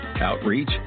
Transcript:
Outreach